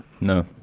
no